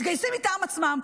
מתגייסים מטעם עצמם.